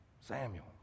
Samuel